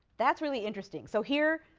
that's really interesting. so here,